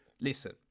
listen